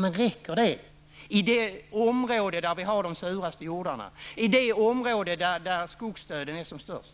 Men räcker den ambitionen i det område där vi har de suraste jordarna och där skogsdöden är som störst?